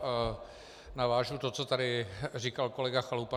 Já navážu na to, co tady říkal kolega Chalupa.